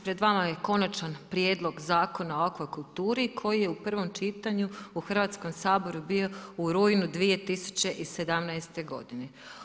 Pred vama je Konačan prijedlog Zakona o akvakulturi koji je u prvom čitanju u Hrvatskom saboru bi u rujnu 2017. godine.